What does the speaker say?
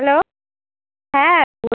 hello হ্যাঁ